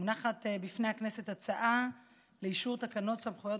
מונחת בפני הכנסת הצעה לאישור תקנות סמכויות